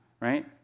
right